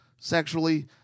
sexually